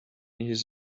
his